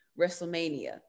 WrestleMania